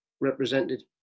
represented